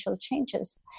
changes